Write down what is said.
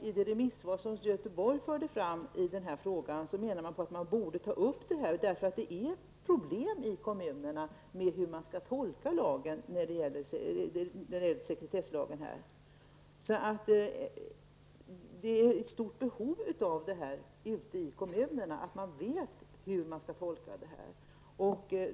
I remissvaret från Göteborg i den här frågan menade man att man borde ta upp detta. I kommunerna har man problem med att tolka sekretesslagen. Det finns ett stort behov ute i kommunerna av att få veta hur man skall tolka lagen.